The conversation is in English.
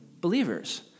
believers